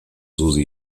susi